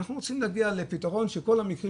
אנחנו רוצים להגיע לפתרון שכל המקרים